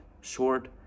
short